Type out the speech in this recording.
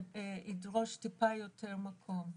שידרוש טיפה יותר מקום.